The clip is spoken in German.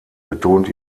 betont